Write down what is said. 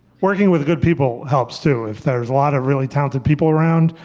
working with good people helps, too. if there's a lot of really talented people around,